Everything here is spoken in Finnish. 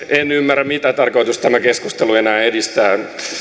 en ymmärrä mitä tarkoitusta tämä keskustelu enää edistää